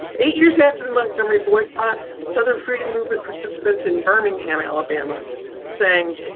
eight years after the montgomery boycott, southern freedom movement participants in birmingham, alabama sang,